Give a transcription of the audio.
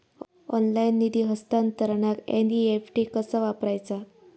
Online निधी हस्तांतरणाक NEFT कसा वापरायचा?